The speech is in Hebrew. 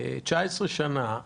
19 שנים,